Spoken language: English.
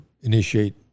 initiate